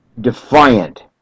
defiant